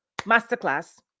masterclass